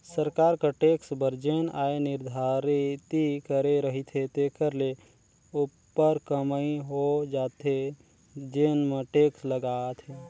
सरकार कर टेक्स बर जेन आय निरधारति करे रहिथे तेखर ले उप्पर कमई हो जाथे तेन म टेक्स लागथे